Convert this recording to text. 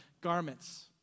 garments